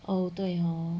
oh 对 hor